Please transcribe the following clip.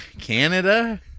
Canada